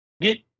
get